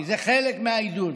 כי זה חלק מהאיזון.